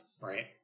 right